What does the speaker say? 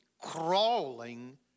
crawling